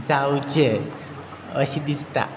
जावचे अशें दिसता